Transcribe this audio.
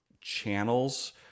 channels